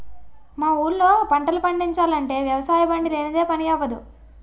మా ఊళ్ళో పంటలు పండిచాలంటే వ్యవసాయబండి లేనిదే పని అవ్వదు